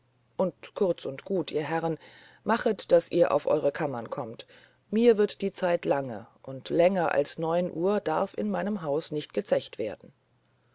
und kurz und gut ihr herren machet daß ihr auf eure kammern kommet mir wird die zeit lange und länger als neun uhr darf in meinem hause nicht gezecht werden